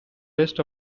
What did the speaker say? rest